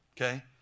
okay